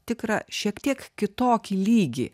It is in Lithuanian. tikrą šiek tiek kitokį lygį